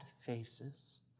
faces